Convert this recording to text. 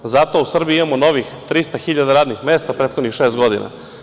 Zato u Srbiji imamo novih 300 hiljada radnih mesta u prethodnih šest godina.